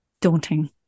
daunting